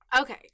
Okay